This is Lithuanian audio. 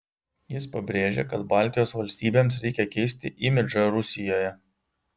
jis pabrėžė kad baltijos valstybėms reikia keisti imidžą rusijoje